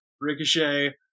Ricochet